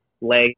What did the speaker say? leg